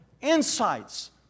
insights